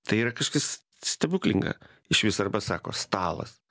tai yra kažkas stebuklinga išvis arba sako stalas